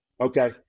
okay